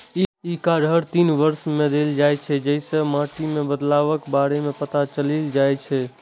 ई card हर तीन वर्ष मे देल जाइ छै, जइसे माटि मे बदलावक बारे मे पता चलि जाइ छै